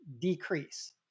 decrease